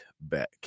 back